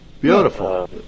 Beautiful